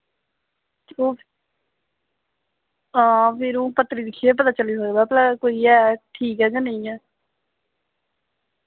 हां फिर ओह् पत्तरी दिक्खियै पता चली सकदा भला कोई ऐ ठीक ऐ जां नेईं ऐ